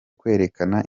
kwerekana